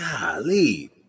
Golly